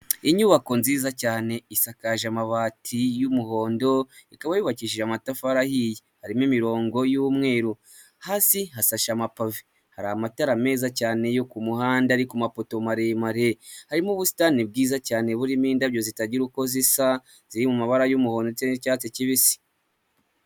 Inyubako nziza cyane isakaje amabati y'umuhondo, ikaba yubakishije amatafari ahiye. Harimo imirongo y'umweru, hasi hasashe amapave, hari amatara meza cyane yo ku muhanda ari ku mapoto maremare, harimo ubusitani bwiza cyane burimo indabyo zitagira uko zisa, ziri mu mabara y'umuhondo ndetse n'icyatsi kibisi.